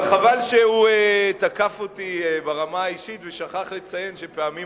אבל חבל שהוא תקף אותי ברמה האישית ושכח לציין שפעמים